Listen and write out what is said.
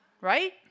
Right